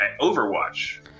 Overwatch